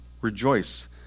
rejoice